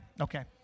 Okay